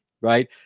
right